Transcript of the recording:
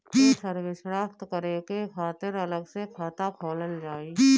ये सर्विस प्राप्त करे के खातिर अलग से खाता खोलल जाइ?